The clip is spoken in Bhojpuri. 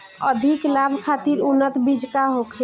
अधिक लाभ खातिर उन्नत बीज का होखे?